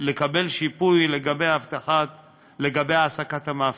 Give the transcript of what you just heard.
כדי לקבל שיפוי להעסקת המאבטחים,